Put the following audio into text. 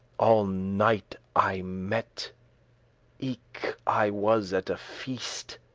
all night i mette eke i was at a feast.